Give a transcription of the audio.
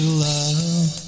love